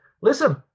listen